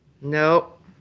Nope